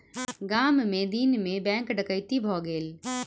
गाम मे दिन मे बैंक डकैती भ गेलै